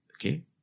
Okay